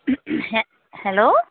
হে হেল্ল'